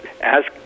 ask